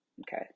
Okay